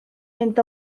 mynd